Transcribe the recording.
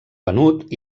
venut